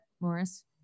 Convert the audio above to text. Morris